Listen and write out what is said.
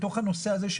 בתוך הנושא הזה,